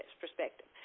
perspective